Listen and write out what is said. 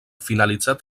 finalitzat